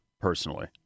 personally